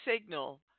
signal